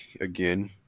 again